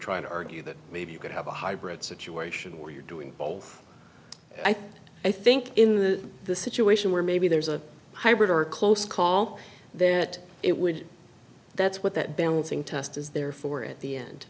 trying to argue that maybe you could have a hybrid situation where you're doing both i think i think in the the situation where maybe there's a hybrid or a close call that it would that's what that balancing test is there for at the end